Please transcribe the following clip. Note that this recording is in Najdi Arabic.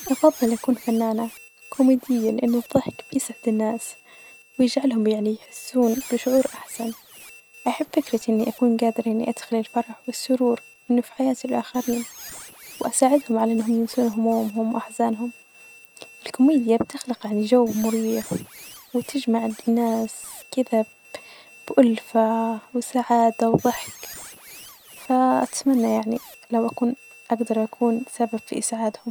أفظل أكون فنانة كوميدية لأنه الظحك بيسعد الناس ،ويجعلهم يعني يحسون بشعور ،أحسن أحب فكرة إني أكون جادرة إني أدخل الفرح والسرور أنه ف حياة الآخرين ،وأساعدهم على إنهم ينسون همومهم وأحزانهم ،الكوميديا بتخلق عن جو مريح وتجمع الناس كذا بألفة وسعادة وظحك ،فأتمني يعني لو اكون أجدر اكون سبب في اسعادهم.